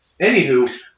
Anywho